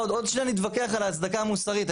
עוד שנייה נתווכח על ההצדקה המוסרית,